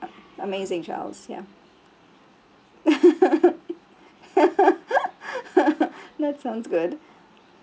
amazing charles ya that sounds good